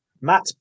Matt